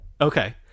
Okay